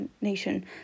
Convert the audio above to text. nation